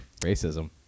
racism